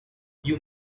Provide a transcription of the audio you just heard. you